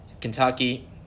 Kentucky